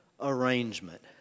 arrangement